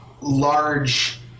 large